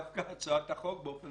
דווקא הצעת החוק באופן